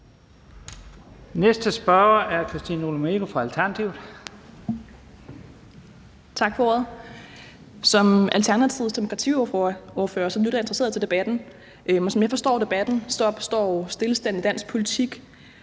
Kl. 14:05 Christina Olumeko (ALT): Tak for ordet. Som Alternativets demokratiordfører lytter jeg interesseret til debatten, og som jeg forstår debatten, er der opstået stilstand i dansk politik,